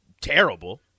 terrible